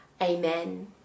Amen